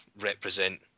represent